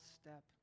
step